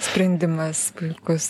sprendimas puikus